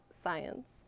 science